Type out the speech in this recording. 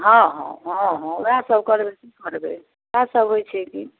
हँ हँ वएह सब करबे की करबे वएह सब होइ छै की